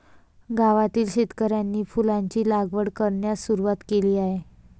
गावातील शेतकऱ्यांनी फुलांची लागवड करण्यास सुरवात केली आहे